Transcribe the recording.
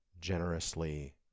generously